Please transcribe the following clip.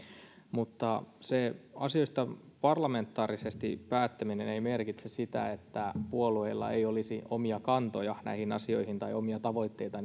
mutta se asioista parlamentaarisesti päättäminen ei merkitse sitä että puolueilla ei olisi omia kantoja näihin asioihin tai omia tavoitteita